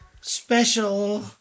special